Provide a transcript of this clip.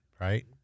right